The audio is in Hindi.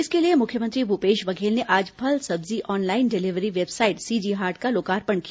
इसके लिए मुख्यमंत्री भूपेश बघेल ने आज फल सब्जी online delivery website CG Haat का लोकार्पण किया